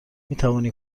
میتوانی